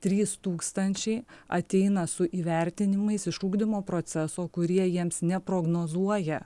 trys tūkstančiai ateina su įvertinimais iš ugdymo proceso kurie jiems neprognozuoja